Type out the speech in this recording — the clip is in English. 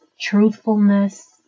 truthfulness